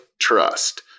trust